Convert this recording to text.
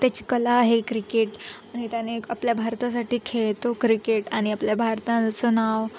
त्याची कला आहे क्रिकेट आणि त्याने आपल्या भारतासाठी खेळतो क्रिकेट आणि आपल्या भारताचं नाव